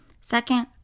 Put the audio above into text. Second